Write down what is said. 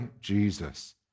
Jesus